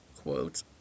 quote